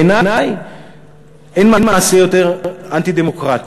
בעיני אין מעשה יותר אנטי-דמוקרטי